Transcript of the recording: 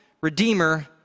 redeemer